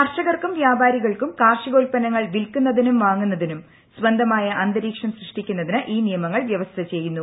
കർഷകർക്കും വ്യാപാരികൾക്കും ക്ാർഷികോത്പ്പന്നങ്ങൾ വിൽക്കുന്നതിനും വാങ്ങുന്നിതിനും സ്വന്തമായ അന്തരീക്ഷം സൃഷ്ടിക്കുന്നതിന് ഈ ന്യിയമങ്ങൾ വ്യവസ്ഥ ചെയ്യുന്നു